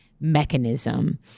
mechanism